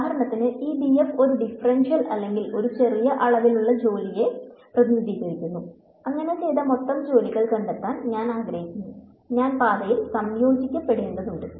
ഉദാഹരണത്തിന് ഈ df ഒരു ഡിഫറൻഷ്യൽ അല്ലെങ്കിൽ ഒരു ചെറിയ അളവിലുള്ള ജോലിയെ പ്രതിനിധീകരിക്കുന്നു അങ്ങനെ ചെയ്ത മൊത്തം ജോലികൾ കണ്ടെത്താൻ ഞാൻ ആഗ്രഹിക്കുന്നു ഞാൻ പാതയിൽ സംയോജിപ്പിക്കേണ്ടതുണ്ട്